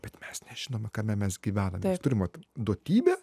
bet mes nežinome kame mes gyvenam taip turim vat duotybę